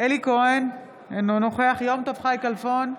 אלי כהן, אינו נוכח יום טוב חי כלפון,